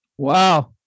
Wow